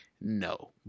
no